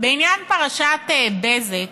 לעניין פרשת בזק,